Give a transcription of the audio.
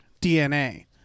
DNA